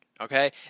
Okay